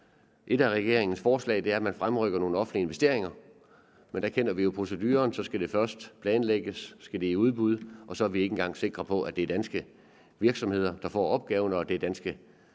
Et af regeringens forslag er at fremrykke nogle offentlige investeringer. Der kender vi jo proceduren: Det skal først planlægges, så skal det i udbud, og så er vi ikke engang sikre på, at det er danske virksomheder, der får opgaven, og at det er danske arbejdere,